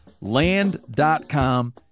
Land.com